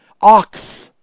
ox